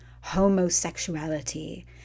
homosexuality